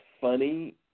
funny